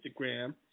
Instagram